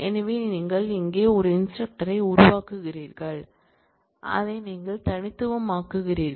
எனவே நீங்கள் இங்கே உள்ள இன்ஸ்டிரக்டரை உருவாக்குகிறீர்கள் அதை நீங்கள் தனித்துவமாக்குகிறீர்கள்